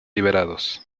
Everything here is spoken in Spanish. liberados